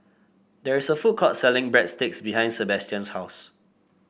there is a food court selling Breadsticks behind Sebastian's house